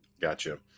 Gotcha